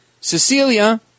Cecilia